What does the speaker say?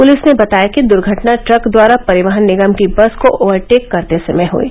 police ने बताया कि दुर्घटना ट्रक द्वारा परिवहन निगम की बस को ओवरटेक करते समय हुयी